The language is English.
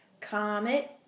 Comet